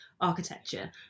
architecture